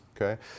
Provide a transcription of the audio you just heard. Okay